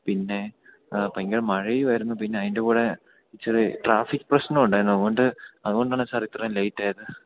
പിന്നെ ഭയങ്കരം മഴയുമായിരുന്നു പിന്നെ അതിൻ്റെ കൂടെ ഇത്തിരി ട്രാഫിക്ക് പ്രശ്നവുമുണ്ടായിരുന്നു അതുകൊണ്ട് അതുകൊണ്ടാണ് സാർ ഇത്രയും ലേറ്റായത്